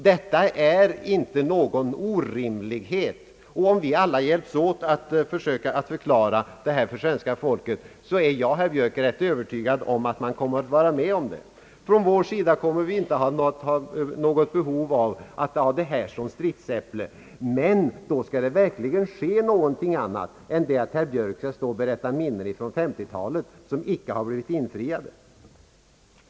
Detta är inte någon orimlighet, och om vi alla hjälps åt att förklara det för svenska folket så är jag, herr Björk, rätt övertygad om att man kommer att gå med på det. Från vår sida känner vi inte något behov att utnyttja denna fråga som ett stridsäpple. Men då skall det verkligen ske någonting annat än att herr Björk står och berättar minnen från 1950-talet om sådant som icke blivit infriat.